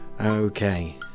Okay